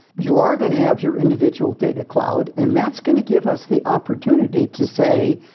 you are going to have your individual data cloud, and that's going to give us the opportunity to say,